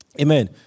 Amen